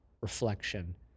reflection